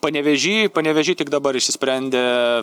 panevėžy panevėžy tik dabar išsisprendė